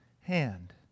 hand